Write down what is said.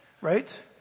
Right